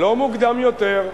לא מוקדם יותר,